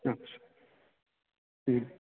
আচ্ছা হুম